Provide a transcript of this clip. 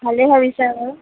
ভালেই ভাবিছা বাৰু